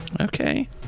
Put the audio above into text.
Okay